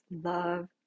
love